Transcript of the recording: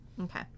Okay